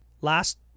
last